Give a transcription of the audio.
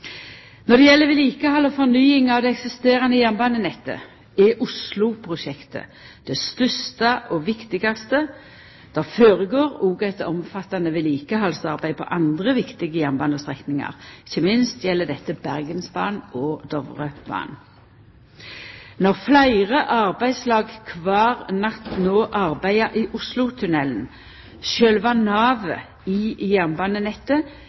Når det gjeld vedlikehald og fornying av det eksisterande jernbanenettet, er Oslo-prosjektet det største og viktigaste. Det føregår òg eit omfattande vedlikehaldsarbeid på andre viktige jernbanestrekningar, ikkje minst gjeld dette Bergensbanen og Dovrebanen. Når fleire arbeidslag kvar natt no arbeider i Oslotunnelen, sjølve navet i jernbanenettet,